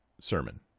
sermon